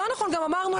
לא נכון, גם אמרנו את זה.